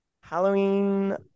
Halloween